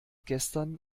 gestern